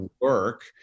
work